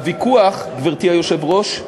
גברתי היושבת-ראש,